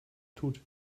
tut